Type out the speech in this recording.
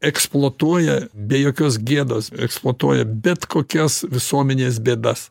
eksploatuoja be jokios gėdos eksploatuoja bet kokias visuomenės bėdas